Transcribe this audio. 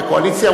בקואליציה,